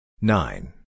Nine